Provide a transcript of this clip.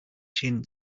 chin